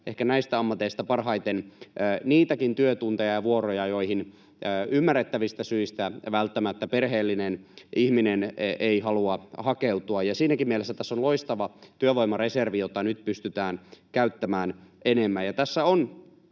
ehkä näistä ammateista parhaiten, niitäkin työtunteja ja vuoroja, joihin ymmärrettävistä syistä välttämättä perheellinen ihminen ei halua hakeutua. Siinäkin mielessä tässä on loistava työvoimareservi, jota nyt pystytään käyttämään enemmän. Ja tässä on